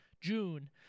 June